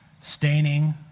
Staining